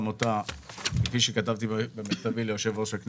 עמותת מצפה לישראל והכת הנזכרת זה היינו הך.